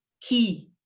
key